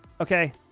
okay